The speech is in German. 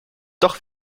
doch